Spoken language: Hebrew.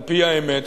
על-פי האמת,